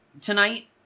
tonight